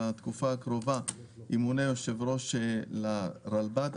בתקופה הקרובה ימונה יושב-ראש לרלב"ד,